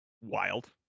Wild